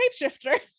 shapeshifter